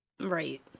Right